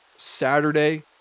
Saturday